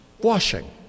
washing